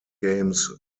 games